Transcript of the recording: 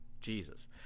Jesus